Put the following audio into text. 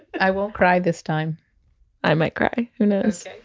i won't cry this time i might cry. who knows